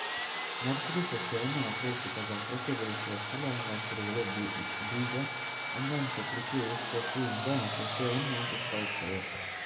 nursery ಸಸ್ಯವನ್ನು ಅಪೇಕ್ಷಿತ ಗಾತ್ರಕ್ಕೆ ಬೆಳೆಸುವ ಸ್ಥಳ ನರ್ಸರಿಗಳು ಬೀಜ ಅಂಗಾಂಶ ಕೃಷಿ ಕಸಿಯಿಂದ ಸಸ್ಯವನ್ನು ಉತ್ಪಾದಿಸುತ್ವೆ